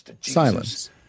Silence